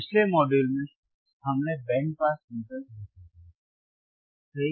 पिछले मॉड्यूल में हमने बैंड पास फिल्टर को देखा था सही